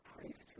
priest